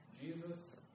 Jesus